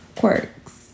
quirks